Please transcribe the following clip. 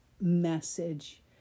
message